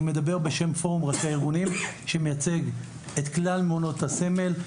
אני מדבר בשם פורום ראשי הארגונים שמייצג את כלל מעונות הסמל,